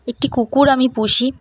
একটি কুকুর আমি পুষি